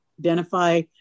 identify